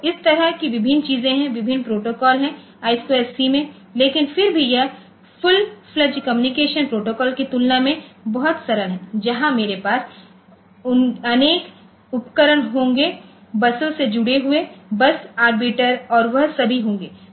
तो इस तरह की विभिन्न चीजें हैं विभिन्न प्रोटोकॉल हैं I2C में लेकिन फिर भी यह फुल फ्लेङ्गे कम्युनिकेशन प्रोटोकॉल की तुलना में बहुत सरल है जहां मेरे पास अनके उपकरण होगी बसों से जुड़े हुए बस आर्बिटर और वह सभी होंगे